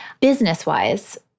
Business-wise